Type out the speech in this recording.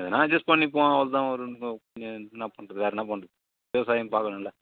எதனால் அட்ஜஸ் பண்ணி போக வேண்டியதுதான் என்ன பண்ணுறது வேறு என்ன பண்ணுறது விவசாயம் பார்க்கணும்ல